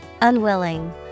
Unwilling